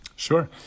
Sure